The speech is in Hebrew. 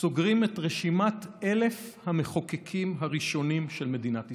סוגרים את רשימת 1,000 המחוקקים הראשונים של מדינת ישראל.